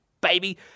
baby